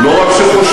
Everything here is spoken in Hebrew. לא רק שחושבים,